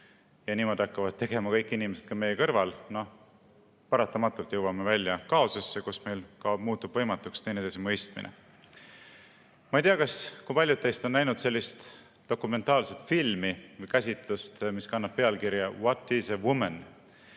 kui niimoodi hakkavad tegema kõik inimesed ka meie kõrval –, siis paratamatult jõuame välja kaosesse, kus meil muutub võimatuks ka teineteise mõistmine. Ma ei tea, kui paljud teist on näinud sellist dokumentaalfilmi või ‑käsitlust, mis kannab pealkirja "What Is a Woman?".